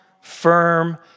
firm